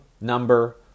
number